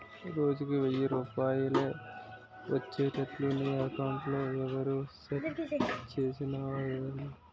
రోజుకి ఎయ్యి రూపాయలే ఒచ్చేట్లు నీ అకౌంట్లో ఎవరూ సెట్ సేసిసేరురా